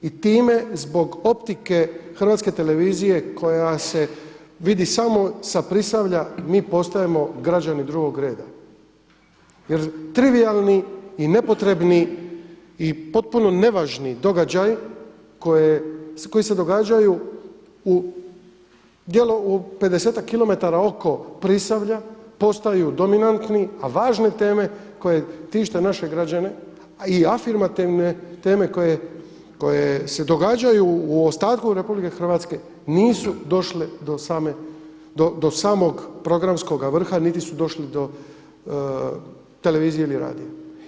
I time zbog optike Hrvatske televizije koja se vidi samo sa Prisavlja mi postajemo građani drugog reda jer trivijalni i nepotrebni i potpuno nevažni događaji koji se događaju u pedesetak kilometara oko Prisavlja postaju dominantni, a važne teme koje tište naše građane a i afirmativne teme koje se događaju u ostatku RH nisu došle do samog programskoga vrha niti su došli do televizije ili radija.